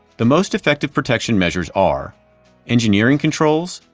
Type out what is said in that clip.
the most effective protection measures are engineering controls,